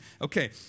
Okay